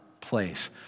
place